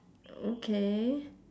okay